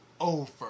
over